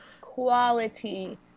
quality